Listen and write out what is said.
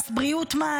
מס בריאות,